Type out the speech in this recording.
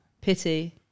Pity